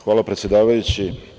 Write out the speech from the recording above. Hvala predsedavajući.